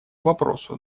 вопросу